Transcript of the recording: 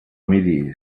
miri